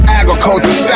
agriculture